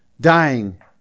Dying